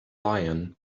lion